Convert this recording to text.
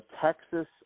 Texas